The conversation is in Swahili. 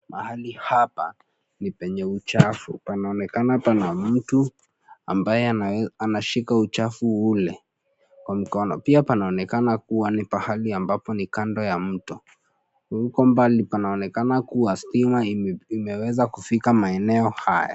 Mahali hapa ni penye uchafu. Panaonekana pana mtu, ambaye anashika uchafu ule, kwa mikono. Pia panaonekana kuwa ni pahali ambapo ni kando ya mto. Huko mbali panaonekana kuwa stima imeweza kufika maeneo haya.